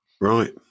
Right